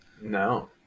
No